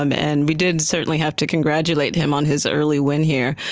um and we did certainly have to congratulate him on his early win here.